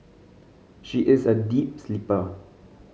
she is a deep sleeper